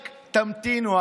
רק תמתינו.